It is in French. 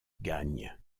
gagne